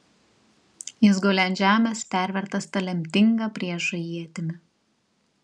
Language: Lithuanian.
jis guli ant žemės pervertas ta lemtinga priešo ietimi